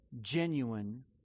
genuine